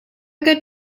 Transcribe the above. good